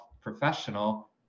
professional